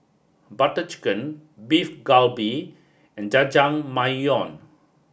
Butter Chicken Beef Galbi and Jajangmyeon